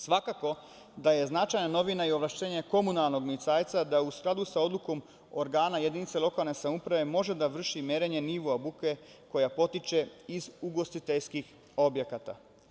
Svakako da je značajna novina i ovlašćenje komunalnog milicajca da u skladu sa odlukom organa jedinice lokalne samouprave može da vrši merenje nivoa buke koja potiče iz ugostiteljskih objekata.